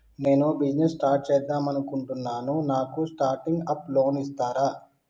నేను business start చేద్దామనుకుంటున్నాను నాకు స్టార్టింగ్ అప్ లోన్ ఇస్తారా?